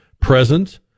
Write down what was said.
present